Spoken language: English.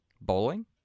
Bowling